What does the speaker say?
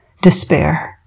despair